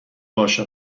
باشه